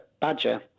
badger